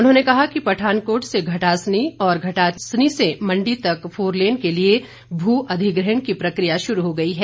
उन्होंने कहा कि पठानकोट से घटासनी और घटासनी से मंडी तक फोरलेन के लिए भू अधिग्रहण की प्रक्रिया शुरू हो गई है